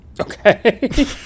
Okay